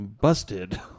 Busted